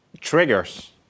triggers